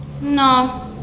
No